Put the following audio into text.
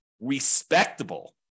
respectable